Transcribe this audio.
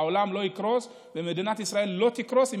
העולם לא יקרוס ומדינת ישראל לא תקרוס אם